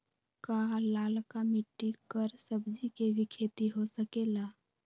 का लालका मिट्टी कर सब्जी के भी खेती हो सकेला?